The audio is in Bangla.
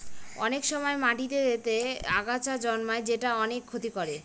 অনেক সময় মাটিতেতে আগাছা জন্মায় যেটা অনেক ক্ষতি করে